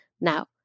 Now